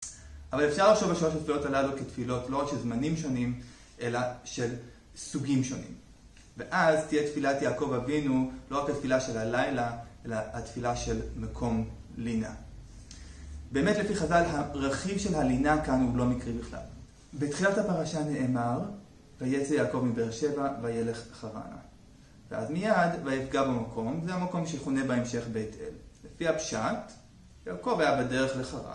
אבל אפשר לרשום את שלוש התפילות הללו כתפילות לא רק של זמנים שונים, אלא של סוגים שונים. ואז תהיה תפילת יעקב אבינו לא התפילה של הלילה, אלא התפילה של מקום לינה. באמת, לפי חז״ל, הרכיב של הלינה כאן הוא לא מקרי בכלל. בתחילת הפרשה נאמר ״ויצא יעקב מבר שבע וילך חרנה״. ואז מיד, ״ויפגע במקום״- זה המקום שכונה בהמשך בית אל. לפי הפשט, יעקב היה בדרך לחרן.